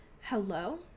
Hello